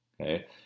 okay